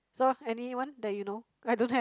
so anyone that you know I don't have